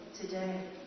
today